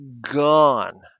gone